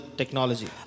technology